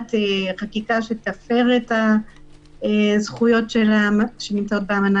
למניעת חקיקה שתפר את הזכויות שנמצאות באמנה,